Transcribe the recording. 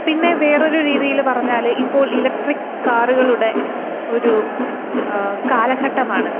പിന്നെ വേറൊരു രീതിയില് പറഞ്ഞാല് ഇപ്പോൾ ഇലക്ട്രിക്ക് കാറുകളുടെ ഒരു കാലഘട്ടമാണ്